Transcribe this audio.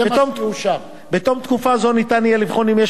בתום תקופה זו ניתן יהיה לבחון אם יש